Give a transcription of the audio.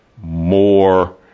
more